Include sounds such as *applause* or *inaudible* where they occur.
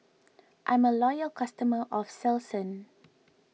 *noise* I'm a loyal customer of Selsun